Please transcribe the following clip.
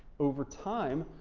over time,